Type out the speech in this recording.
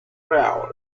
crawl